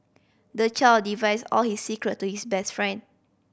the child divulged all his secret to his best friend